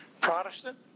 Protestant